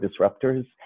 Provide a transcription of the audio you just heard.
disruptors